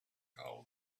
call